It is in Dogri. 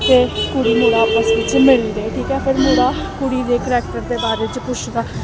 ते कुड़ी मुड़ा आपस च मिलदे ठीक ऐ फिर मुड़ा कुड़ी दे करैक्टर दे बारे च पुच्छदा